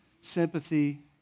sympathy